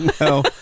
No